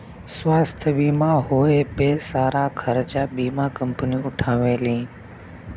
स्वास्थ्य बीमा होए पे सारा खरचा बीमा कम्पनी उठावेलीन